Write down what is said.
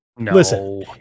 Listen